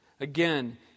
Again